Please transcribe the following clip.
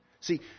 See